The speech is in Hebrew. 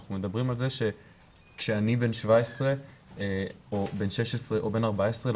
אנחנו מדברים על זה שכשאני בן 17 או בן 16 או 14,